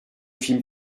film